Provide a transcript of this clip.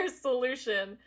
solution